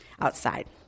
outside